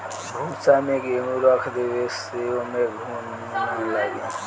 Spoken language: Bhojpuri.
भूसा में गेंहू रख देवे से ओमे घुन ना लागे